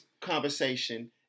conversation